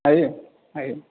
हायो हायो